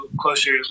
closer